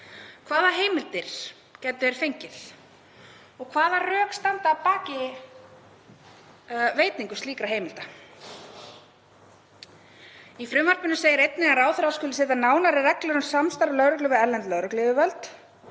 Hvaða heimildir gætu þeir fengið? Hvaða rök standa að baki veitingu slíkra heimilda? Í frumvarpinu segir einnig að ráðherra skuli setja nánari reglur um samstarf lögreglu við erlend lögregluyfirvöld.